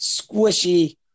squishy